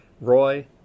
ROY